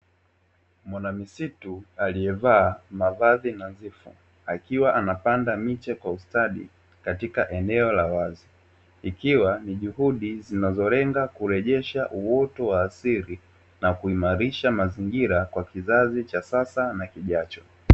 Mwanamisitu aliyevaa mavazi nadhifu akiwa anapanda miche kwa ustadi katika eneo la wazi, ikiwa ni juhudi zinazolenga kurejesha uoto wa asili na kuimarisha mazingira kwa kizazi cha sasa na kijacho.